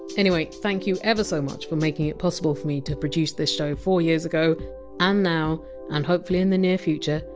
anyway, thank you ever so much for making it possible for me to produce this show four years ago and now and, hopefully, in the near future.